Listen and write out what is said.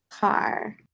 Car